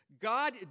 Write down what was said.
God